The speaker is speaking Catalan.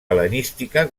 hel·lenística